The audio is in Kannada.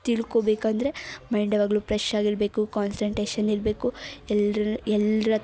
ತಿಳ್ಕೊಬೇಕಂದರೆ ಮೈಂಡ್ ಯಾವಾಗಲೂ ಫ್ರೆಶ್ ಆಗಿರಬೇಕು ಕಾನ್ಸಂಟ್ರೇಶನ್ ಇರಬೇಕು ಎಲ್ರೂ ಎಲ್ರತ್